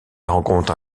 rencontre